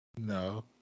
No